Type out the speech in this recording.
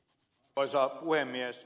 arvoisa puhemies